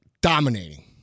dominating